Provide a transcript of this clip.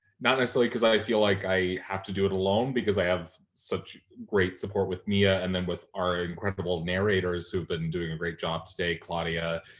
not necessarily cause i feel like i have to do it alone, because i have such great support with me, and then with our incredible narrators who have been doing a great job today, claudia,